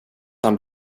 att